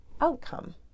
outcome